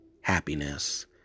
happiness